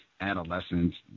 adolescents